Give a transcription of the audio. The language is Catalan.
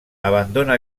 abandona